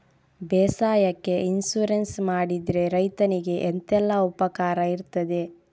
ಬೇಸಾಯಕ್ಕೆ ಇನ್ಸೂರೆನ್ಸ್ ಮಾಡಿದ್ರೆ ರೈತನಿಗೆ ಎಂತೆಲ್ಲ ಉಪಕಾರ ಇರ್ತದೆ?